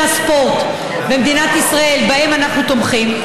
הספורט במדינת ישראל שבהם אנחנו תומכים,